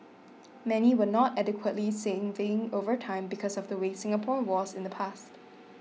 many were not adequately saving over time because of the way Singapore was in the past